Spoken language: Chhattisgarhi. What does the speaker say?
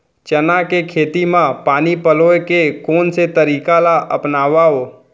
चना के खेती म पानी पलोय के कोन से तरीका ला अपनावव?